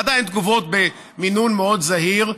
ועדיין תגובות במינון זהיר מאוד,